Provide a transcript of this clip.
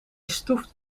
stoeft